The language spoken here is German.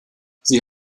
sie